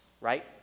right